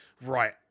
Right